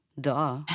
duh